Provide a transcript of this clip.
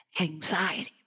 anxiety